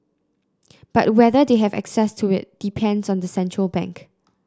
but whether they have access to it depends on the central bank